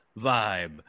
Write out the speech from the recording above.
vibe